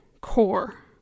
core